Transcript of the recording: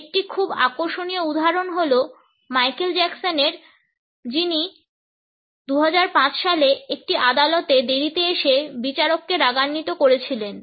একটি খুব আকর্ষণীয় উদাহরণ হল মাইকেল জ্যাকসনের যিনি 2005 সালে একটি আদালতে দেরিতে এসে বিচারককে রাগান্বিত করেছিলেন